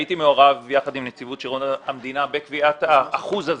הייתי מעורב יחד עם נציבות שירות המדינה בקביעת האחוז הזה,